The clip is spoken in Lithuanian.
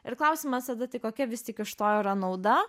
ir klausimas tada tai kokia vis tik iš to yra nauda